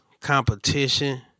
competition